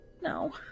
No